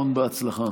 המון הצלחה.